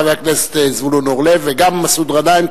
חבר הכנסת זבולון אורלב וגם מסעוד גנאים,